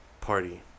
party